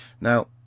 Now